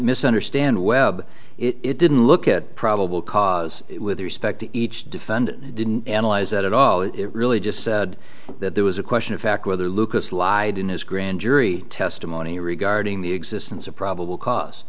misunderstand web it didn't look at probable cause with respect to each defendant didn't analyze it at all it really just said that there was a question of fact whether lucas lied in his grand jury testimony regarding the existence of probable cause